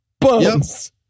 bones